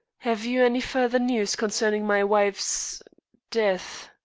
have you any further news concerning my wife's death?